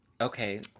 Okay